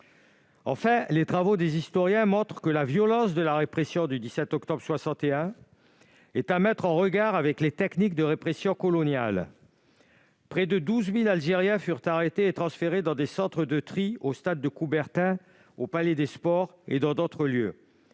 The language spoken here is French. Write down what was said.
Enfin, les travaux des historiens montrent que la violence de la répression du 17 octobre 1961 est à mettre en regard des techniques de répression coloniale : près de 12 000 Algériens furent arrêtés et transférés dans des centres de tri, au stade de Coubertin et au palais des sports notamment.